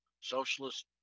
socialist